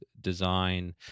design